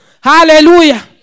Hallelujah